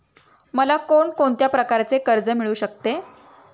मला कोण कोणत्या प्रकारचे कर्ज मिळू शकते?